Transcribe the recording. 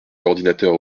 coordinateur